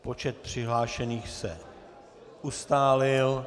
Počet přihlášených se ustálil.